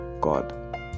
God